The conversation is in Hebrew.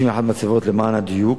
91 מצבות למען הדיוק.